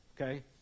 okay